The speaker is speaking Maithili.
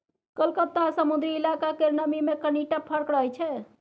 कलकत्ता आ समुद्री इलाका केर नमी मे कनिटा फर्क रहै छै